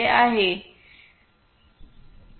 भिन्न घटक आवश्यक आहेत